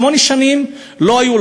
שמונה שנים לא הייתה,